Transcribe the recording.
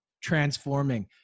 transforming